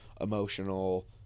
emotional